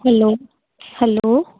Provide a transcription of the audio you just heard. hello hello